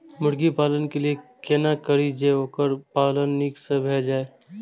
मुर्गी पालन के लिए केना करी जे वोकर पालन नीक से भेल जाय?